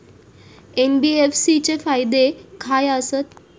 NBFC चे फायदे खाय आसत?